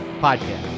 Podcast